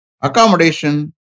accommodation